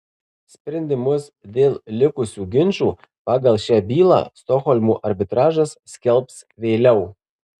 sprendimus dėl likusių ginčų pagal šią bylą stokholmo arbitražas skelbs vėliau